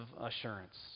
assurance